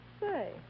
Say